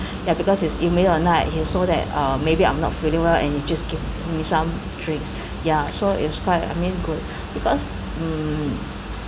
ya because it's in middle of the night he saw that uh maybe I'm not feeling well and he just give me some drinks ya so it's quite I mean good because mm